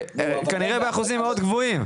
כנראה באחוזים מאוד גבוהים.